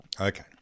Okay